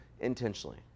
intentionally